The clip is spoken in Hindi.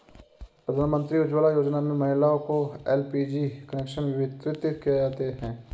प्रधानमंत्री उज्ज्वला योजना में महिलाओं को एल.पी.जी कनेक्शन वितरित किये जाते है